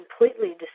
completely